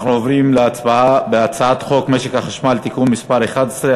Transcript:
אנחנו עוברים להצבעה על הצעת חוק משק החשמל (תיקון מס' 11),